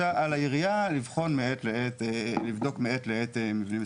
שעל העירייה לבדוק מעת לעת מבנים מסוכנים.